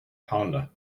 pounder